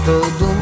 Todo